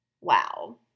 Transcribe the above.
Wow